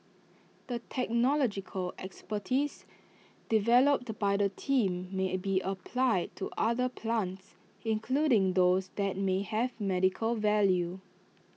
the technological expertise developed by the team may be applied to other plants including those that may have medical value